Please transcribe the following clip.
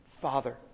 Father